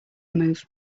move